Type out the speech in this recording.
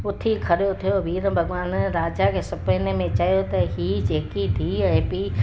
उथी खड़ो थियो वीरल भॻवान राजा खे सुपिने में चयो त हीअ जेके धीअ ऐं पीउ